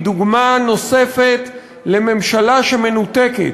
היא דוגמה נוספת לממשלה שמנותקת,